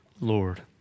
Lord